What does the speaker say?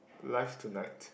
life tonight